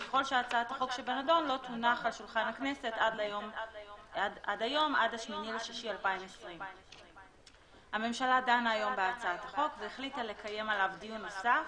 ככל שהצעת החוק שבנדון לא תונח על שולחן הכנסת עד ליום 8.6.2020. הממשלה דנה היום בהצעת החוק והחליטה לקיים עליו דיון נוסף